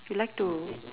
you like to